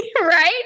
Right